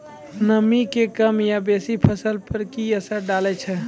नामी के कम या बेसी फसल पर की असर डाले छै?